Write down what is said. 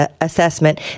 assessment